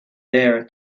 there